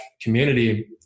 community